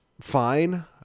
fine